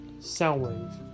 Soundwave